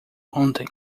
ontem